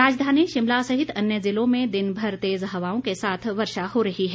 राजधानी शिमला सहित अन्य ज़िलों में दिनभर तेज़ हवाओं के साथ वर्षा हो रही है